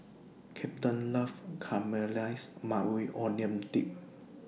Captain loves Caramelized Maui Onion Dip